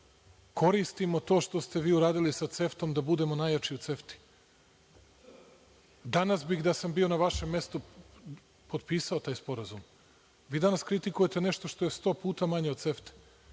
koristimo to što ste vi uradili sa CEFT-om da budemo najjači u CEFT-i. Danas bih, da sam bio na vašem mestu potpisao taj sporazum. Vi danas kritikujete nešto što je 100 puta manje od CEFT-e